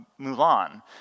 Mulan